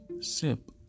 SIP